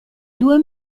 due